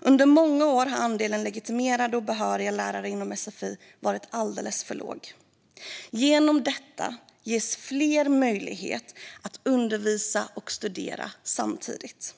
Under många år har andelen legitimerade och behöriga lärare inom sfi varit alldeles för låg. Genom detta förslag ges fler möjlighet att undervisa och studera samtidigt.